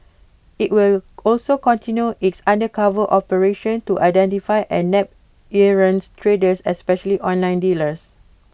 IT will also continue its undercover operations to identify and nab errant traders especially online dealers